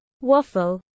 Waffle